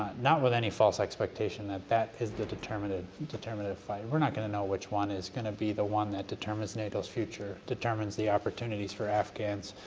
not with any false expectation that that is the determinative determinative fight. we're not going to know which one is going to be the one that determines nato's feature, determines the opportunities for afghans,